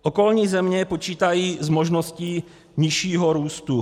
Okolní země počítají s možností nižšího růstu.